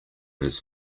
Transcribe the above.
his